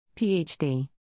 PhD